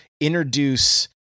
introduce